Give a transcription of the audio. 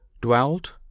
dwelt